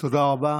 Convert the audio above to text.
תודה רבה.